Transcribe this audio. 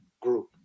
group